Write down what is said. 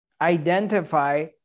identify